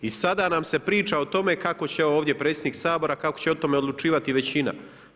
I sada nam se priča o tome kako će ovdje predsjednik Sabora, kako će o tome odlučivati većina.